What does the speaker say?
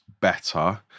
better